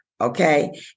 okay